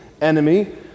enemy